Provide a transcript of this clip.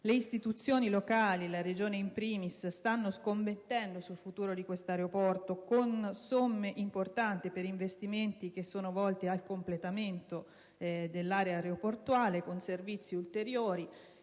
Le istituzioni locali, la Regione *in primis*, stanno scommettendo sul futuro di questo aeroporto, con somme importanti per investimenti volti al completamento dell'area aeroportuale, con servizi ulteriori.